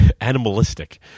animalistic